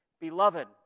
Beloved